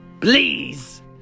Please